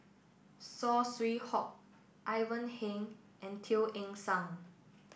Saw Swee Hock Ivan Heng and Teo Eng Seng